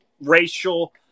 racial